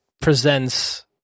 presents